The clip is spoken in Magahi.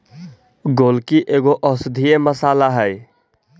गोलकी एगो औषधीय मसाला हई